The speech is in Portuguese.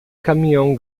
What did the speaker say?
caminhão